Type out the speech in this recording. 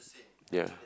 ya